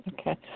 Okay